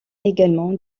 également